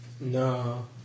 No